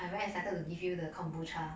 I very excited to give you the kombucha